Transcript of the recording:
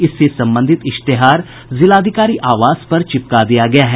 इससे संबंधित इश्तेहार जिलाधिकारी आवास पर चिपका दिया गया है